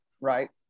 right